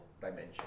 dimension